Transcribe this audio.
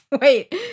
Wait